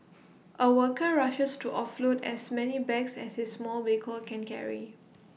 A worker rushes to offload as many bags as his small vehicle can carry